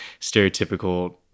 stereotypical